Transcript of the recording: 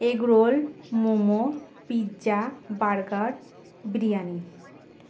egg roll momo pizza burger biryani